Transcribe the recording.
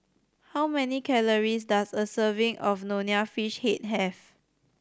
how many calories does a serving of Nonya Fish Head have